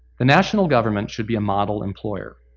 the national government should be a model employer.